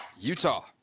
utah